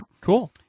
Cool